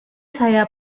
saya